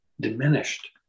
diminished